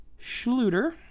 Schluter